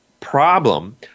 problem